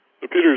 Peter's